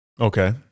Okay